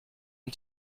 une